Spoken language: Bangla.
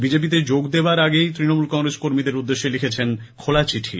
বিজেপি তে যোগ দেওয়ার আগেই তৃণমূল কংগ্রেস কর্মীদের উদ্দেশ্যে লিখেছেন খোলা চিঠি